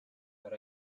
but